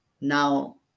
now